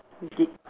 you did